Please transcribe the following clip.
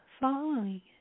following